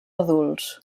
adults